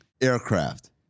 aircraft